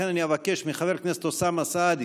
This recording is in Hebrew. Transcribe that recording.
לכן אני אבקש מחבר הכנסת אוסאמה סעדי